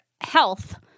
health